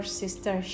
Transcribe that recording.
sister